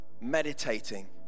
meditating